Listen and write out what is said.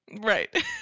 Right